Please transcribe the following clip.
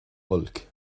olc